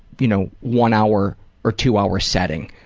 you know, one hour or two hour setting.